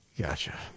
gotcha